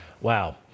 wow